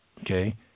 Okay